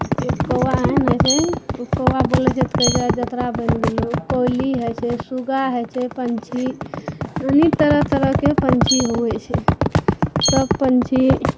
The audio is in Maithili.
एक कौआ एहेन होइ छै ओ कौआ बोलै छै तऽ कहै छै आइ जतरा बनि गेलौ कोयली होइ छै सूगा होइ छै पक्षी अनेक तरह तरहके पक्षी होइ छै सब पक्षी